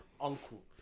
Uncle